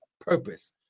purpose